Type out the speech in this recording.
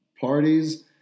Parties